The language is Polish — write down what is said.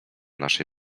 naszej